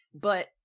but-